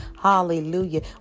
Hallelujah